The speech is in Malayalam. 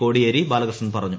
കോടിയേരി ബാലകൃഷ്ണൻ പറഞ്ഞു